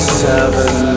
seven